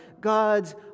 God's